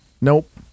Nope